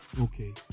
Okay